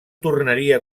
tornaria